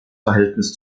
verhältnis